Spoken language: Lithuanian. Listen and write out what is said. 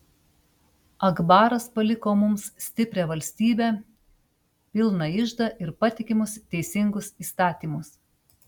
akbaras paliko mums stiprią valstybę pilną iždą ir patikimus teisingus įstatymus